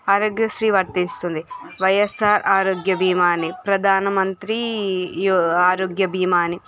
ఆరోగ్యశ్రీ వర్తిస్తుంది వైయస్సార్ ఆరోగ్య భీమా అని ప్రధానమంత్రీ యో ఆరోగ్య భీమా అని